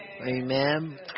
Amen